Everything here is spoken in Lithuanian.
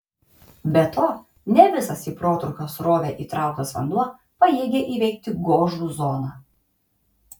be to ne visas į protrūkio srovę įtrauktas vanduo pajėgia įveikti gožų zoną